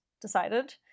decided